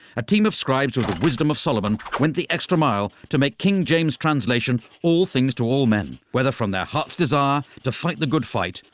a team of scribes with the wisdom of sullivan went the extra mile to make king james translation all things to all men. whether from their heart's desire, to fight the good fight,